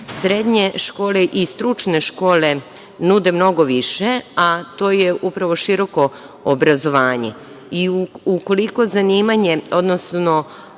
Srednje škole i stručne škole nude mnogo više, a to je upravo široko obrazovanje